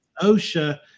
OSHA